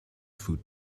food